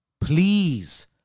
Please